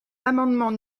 l’amendement